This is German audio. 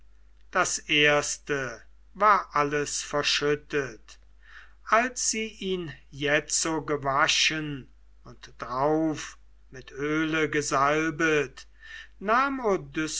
das erste war alles verschüttet als sie ihn jetzo gewaschen und drauf mit öle gesalbet nahm